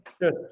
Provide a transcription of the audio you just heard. Yes